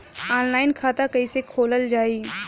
Online खाता कईसे खोलल जाई?